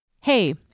Hey